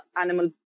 animal